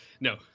No